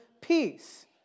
Peace